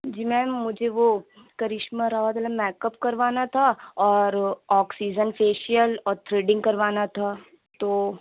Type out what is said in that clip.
جی ma'am مجھے وہ کرشمہ راوت والا میک اپ کروانا تھا اور آکسیجن فیشیل اور تھریڈنگ کروانا تھا تو